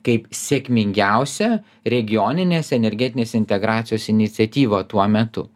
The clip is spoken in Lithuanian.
kaip sėkmingiausią regioninės energetinės integracijos iniciatyvą tuo metu